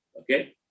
okay